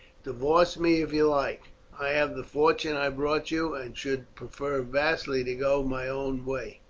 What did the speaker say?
divorce me if you like i have the fortune i brought you, and should prefer vastly to go my own way.